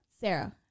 Sarah